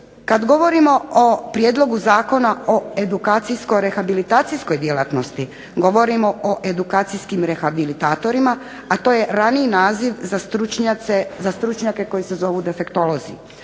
Kad govorimo o Prijedlogu zakona o edukacijsko-rehabilitacijskoj djelatnosti govorimo o edukacijskim rehabilitatorima, a to je raniji naziv za stručnjake koji se zovu defektolozi.